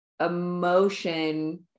emotion